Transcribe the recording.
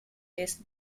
test